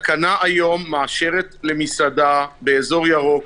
שהתקנה היום מאשרת למסעדה באזור ירוק